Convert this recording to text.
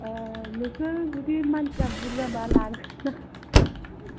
नोंसोर जुदि मानसिया बुरजाबा